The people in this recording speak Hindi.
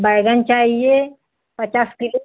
बैंगन चाहिए पचास किलो